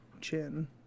chin